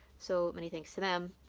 so many thanks to them.